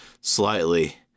slightly